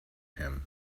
him